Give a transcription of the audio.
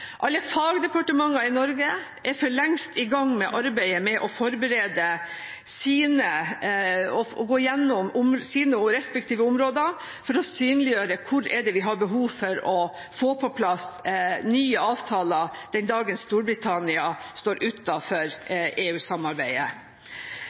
Alle fagdepartementer i Norge er for lengst i gang med arbeidet med å gå gjennom sine respektive områder, for å synliggjøre hvor det er vi har behov for å få på plass nye avtaler den dagen Storbritannia står